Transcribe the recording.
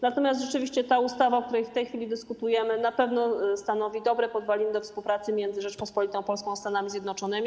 Natomiast rzeczywiście ta ustawa, o której w tej chwili dyskutujemy, na pewno stanowi dobre podwaliny do współpracy między Rzecząpospolitą Polską a Stanami Zjednoczonymi.